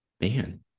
Man